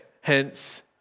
hence